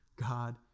God